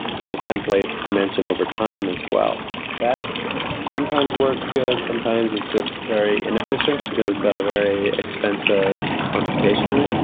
there is a template dimension over time as well that sometimes works good, sometimes it's just a very inefficient because it's ah very expensive computationally.